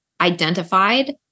identified